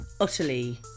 utterly